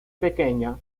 pequeña